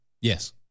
Yes